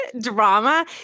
drama